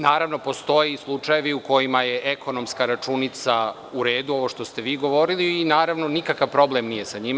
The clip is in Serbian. Naravno, postoje slučajevi u kojima je ekonomska računica u redu, ovo što ste vi govorili, naravno, nikakav problem nije sa njima.